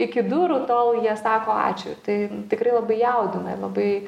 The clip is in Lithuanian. iki durų tol jie sako ačiū tai tikrai labai jaudina ir labai